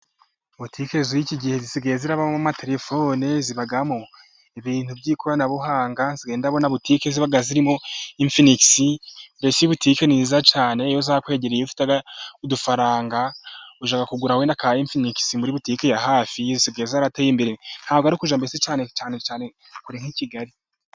Butike z'iki gihe zisigaye zirabamo amatelefone, zibamo ibintu by'ikoranabuhanga, nsigaye ndabona butike ziba zirimo infinigisi. Mbese butike ni nziza cyane, iyo zakwegeye. Iyo ufite udufaranga ujya kugura wenda ka enfinigisi muri butike ya hafi zisigaye zarateye imbere. Nta bwo ari kujya mbese cyane cyane kure nk'i Kigali.